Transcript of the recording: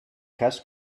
cas